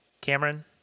Cameron